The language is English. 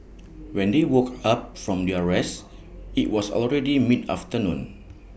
when they woke up from their rest IT was already mid afternoon